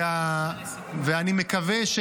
ואני מקווה,